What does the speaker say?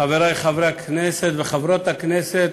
חברי חברי הכנסת וחברות הכנסת,